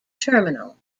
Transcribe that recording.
terminal